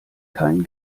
kein